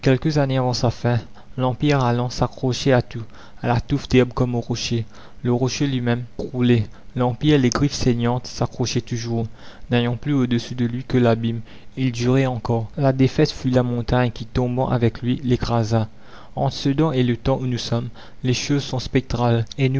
sa fin l'empire râlant s'accrochait à tout à la touffe d'herbe comme au rocher le rocher lui-même croulait l'empire les griffes saignantes s'accrochait toujours n'ayant plus au-dessous de lui que l'abîme il durait encore la défaite fut la montagne qui tombant avec lui l'écrasa entre sedan et le temps où nous sommes les choses sont spectrales